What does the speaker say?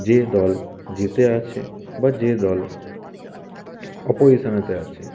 যে দল জিতে আছে বা যে দল অপজিশনেতে আছে